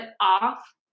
off